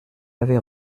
avait